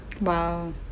Wow